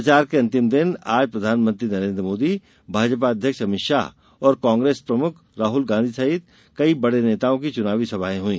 प्रचार के अंतिम दिन आज प्रधानमंत्री नरेन्द्र मोदी भाजपा अध्यक्ष अभित शाह और कांग्रेस प्रमुख राहुल गांधी सहित कई बडे नेताओं की चुनावी सभाएं हुई